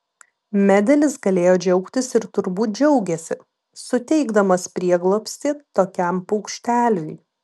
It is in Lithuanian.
medelis galėjo džiaugtis ir turbūt džiaugėsi suteikdamas prieglobstį tokiam paukšteliui